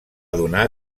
donar